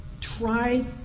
try